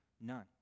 None